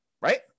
right